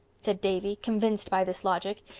said davy, convinced by this logic.